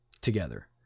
together